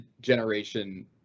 generation